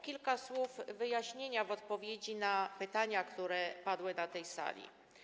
Kilka słów wyjaśnienia w odpowiedzi na pytania, które padły na tej sali.